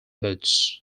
boots